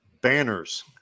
banners